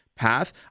path